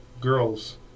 girls